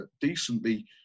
decently